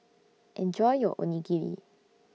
Enjoy your Onigiri